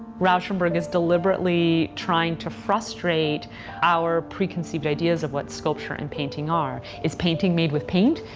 rauschenberg is deliberately trying to frustrate our preconceived ideas of what sculpture and painting are. is painting made with paint?